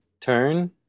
turn